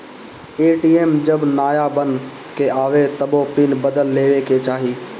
ATM जब नाया बन के आवे तबो पिन बदल लेवे के चाही